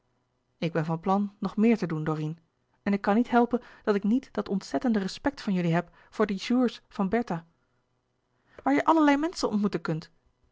ik ben van plan nog meer te doen dorine en ik kan niet helpen dat ik niet dat ontzettende respect van jullie heb voor de jours van bertha waar je allerlei menschen ontmoeten kunt